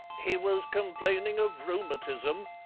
he was complaining of rheumatism,